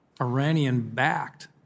Iranian-backed